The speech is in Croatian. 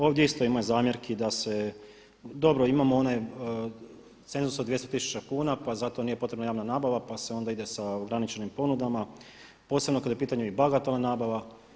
Ovdje isto ima zamjerki da se, dobro imamo onaj cenzus od 200 tisuća kuna pa zato nije potrebna javna nabava pa se onda ide sa ograničenim ponudama posebno kad je u pitanju i bagatelna nabava.